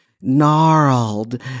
gnarled